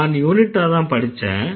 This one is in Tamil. நான் யூனிட்டாதான் படிச்சேன்